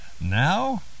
Now